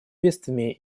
бедствиями